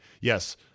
Yes